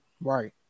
Right